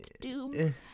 doom